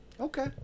Okay